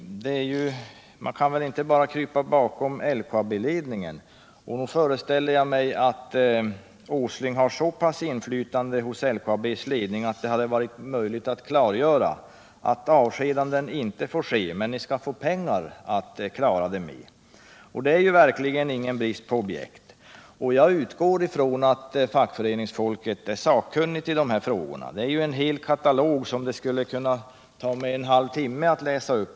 Man kan väl inte bara krypa bakom LKAB-ledningen. Nog föreställer jag mig att statsrådet Åsling har så pass mycket inflytande hos LKAB:s ledning att det hade varit möjligt att klargöra att avskedanden inte får ske, utan att företaget skall få pengar att klara sysselsättningen med. Det råder verkligen ingen brist på objekt. Jag utgår ifrån att fackföreningsfolket är sakkunnigt i dessa frågor. Det finns en hel katalog som det skulle ta mig en halv timme att läsa upp.